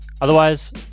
Otherwise